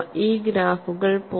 ഈ ഗ്രാഫുകൾ 0